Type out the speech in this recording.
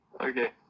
Okay